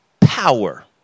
power